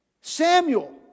Samuel